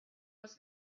was